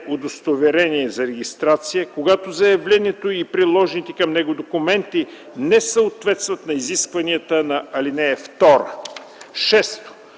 удостоверение за регистрация, когато заявлението и приложените към него документи не съответстват на изискванията на ал. 2.” 6.